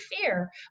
fear